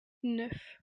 neuf